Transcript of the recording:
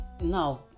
now